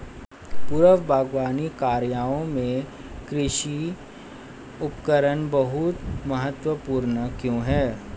पूर्व बागवानी कार्यों में कृषि उपकरण बहुत महत्वपूर्ण क्यों है?